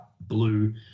blue